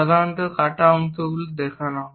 সাধারণত কাটা অংশগুলি দেখানো হয়